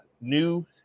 new